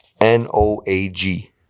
N-O-A-G